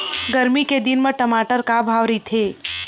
गरमी के दिन म टमाटर का भाव रहिथे?